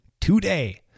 today